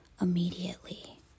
immediately